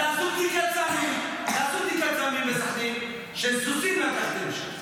תעשו בדיקת סמים לסכנין, של סוסים לקחתם שם.